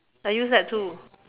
I use that too